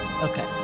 Okay